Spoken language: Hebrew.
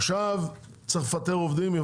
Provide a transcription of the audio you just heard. עכשיו צריך לפטר עובדים,